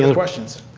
questions?